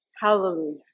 Hallelujah